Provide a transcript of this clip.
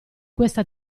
questa